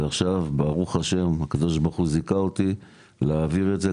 ועכשיו ב"ה הקב"ה זיכה אותי להעביר את זה.